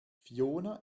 fiona